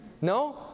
No